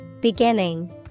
Beginning